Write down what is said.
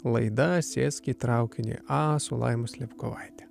laida sėsk į traukinį a su laima slepkovaite